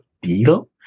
deal